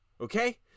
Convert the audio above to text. Okay